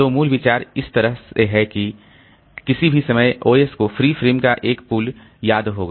तो मूल विचार इस तरह है कि किसी भी समय OS को फ्री फ्रेम का एक पूल याद होगा